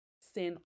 sin